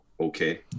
okay